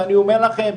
ואני אומר לכם,